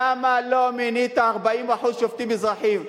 תבדוק, למה לא מינית 40% שופטים מזרחים?